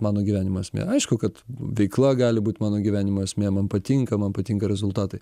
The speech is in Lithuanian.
mano gyvenimo esmė aišku kad veikla gali būt mano gyvenimo esmė man patinka man patinka rezultatai